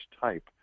type